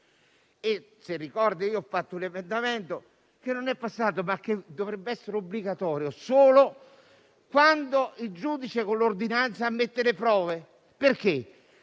Se ricorda, ho presentato un emendamento che non è passato, ma che dovrebbe essere obbligatorio solo quando il giudice con ordinanza ammette le prove perché